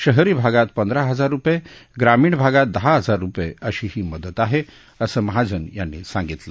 शहरी भागात पंधरा हजार रुपये ग्रामीण भागात दहा हजार रुपये अशी ही मदत आहे असं महाजन यांनी सांगितलं